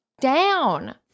down